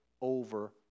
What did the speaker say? over